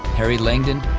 harry langdon,